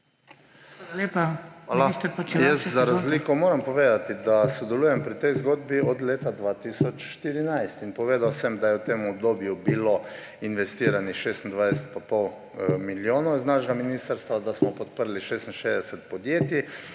Jaz za razliko moram povedati, da sodelujem pri tej zgodbi od leta 2014. In povedal sem, da je v tem obdobju bilo investiranih 26,5 milijona iz našega ministrstva, da smo podprli 66 podjetij